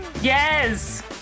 Yes